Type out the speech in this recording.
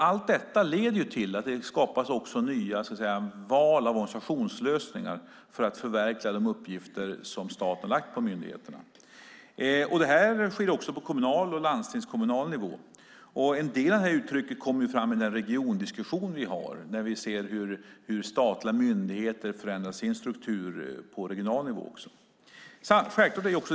Allt detta leder till att det skapas nya val av organisationslösningar för att förverkliga de uppgifter som staten lagt på myndigheterna. Det här sker också på kommunal och landstingskommunal nivå. En del av detta kommer fram i den regiondiskussion vi har. Vi ser hur statliga myndigheter förändrar sin struktur på regional nivå också.